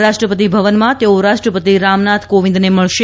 રાષ્ટ્રપતિભવનમાં તેઓ રાષ્ટ્રપતિ રામનાથ કોવિંદને મળશે